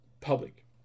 public